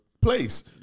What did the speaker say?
place